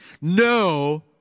No